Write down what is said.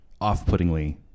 off-puttingly